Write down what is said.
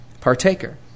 partaker